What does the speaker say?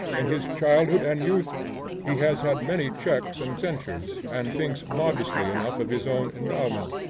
in his childhood and youth he has had many checks and censures, and thinks modestly enough of his own endowment.